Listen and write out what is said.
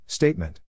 Statement